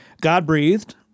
God-breathed